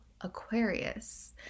Aquarius